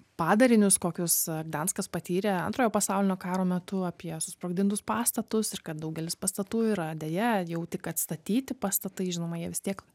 padarinius kokius gdanskas patyrė antrojo pasaulinio karo metu apie susprogdintus pastatus ir kad daugelis pastatų yra deja jau tik atstatyti pastatai žinoma jie vis tiek